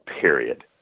period